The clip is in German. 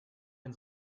den